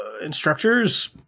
instructors